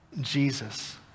Jesus